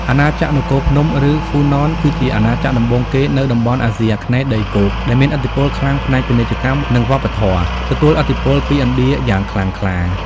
អាណាចក្រនគរភ្នំ ឬ ហ្វូណន គឺជាអាណាចក្រដំបូងគេនៅតំបន់អាស៊ីអាគ្នេយ៍ដីគោក ដែលមានឥទ្ធិពលខ្លាំងផ្នែកពាណិជ្ជកម្ម និងវប្បធម៌ ទទួលឥទ្ធិពលពីឥណ្ឌាយ៉ាងខ្លាំងក្លា។